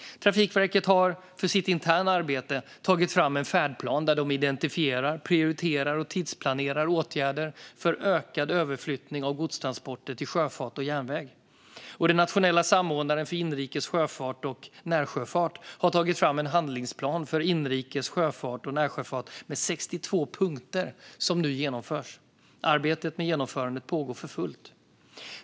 Trafikverket har för sitt interna arbete tagit fram en färdplan där man identifierar, prioriterar och tidsplanerar åtgärder för ökad överflyttning av godstransporter till sjöfart och järnväg. Den nationella samordnaren för inrikes sjöfart och närsjöfart har tagit fram en handlingsplan för inrikes sjöfart och närsjöfart med 62 punkter som nu genomförs. Arbetet med genomförandet pågår för fullt.